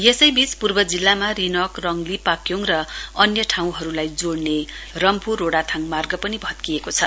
यसैबीच पूर्व जिल्लाका रिनाक रङली पाक्योङ र अन्य ठाउँहरूलाई जोड़ने रम्फू रोडाथाङ मार्ग पनि भत्किएको छ